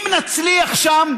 אם נצליח שם,